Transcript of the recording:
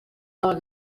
del